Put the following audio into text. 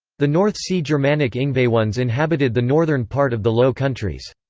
the north sea germanic ingvaeones inhabited the northern part of the low countries.